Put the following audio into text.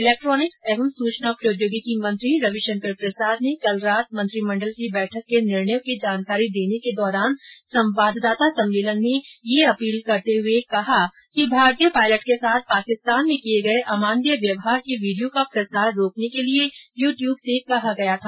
electronics एवं सूचना प्रौद्योगिकी मंत्री रविशंकर प्रसाद ने कल रात मंत्रिमंडल की बैठक के निर्णयों की जानकारी देने के दौरान संवाददाता सम्मेलन में यह अपील करते हुये कहा कि भारतीय पायलट के साथ पाकिस्तान में किये गये अमानवीय व्यवहार के वीडियो का प्रसार रोकने के लिए यू ट्यूब से कहा गया था